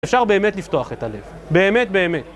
אפשר באמת לפתוח את הלב, באמת באמת